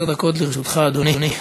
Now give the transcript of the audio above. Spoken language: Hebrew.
11 דקות לרשותך, אדוני.